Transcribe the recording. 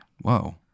Whoa